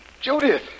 Judith